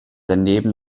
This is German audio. daneben